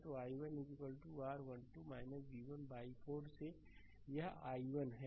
तो i1 r 12 v1 by 4 से यह i1 है